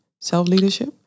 self-leadership